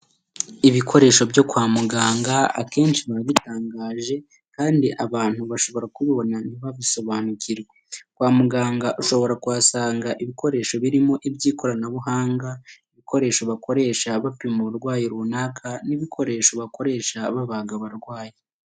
Ibikoresho byo kwa mugang akenshi bina bitangaje kandi abantu bashobora kubibona ntibabisobanukirwe; kwa muganga ushobora kuhasanga ibikorsho birimo ibyo ikoranabuhanga, ibikorsho bakoresha bapima barwayi runaka n'ibikoresho bakoresha babaga abarwayi.